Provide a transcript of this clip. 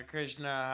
Krishna